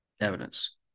evidence